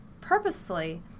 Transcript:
purposefully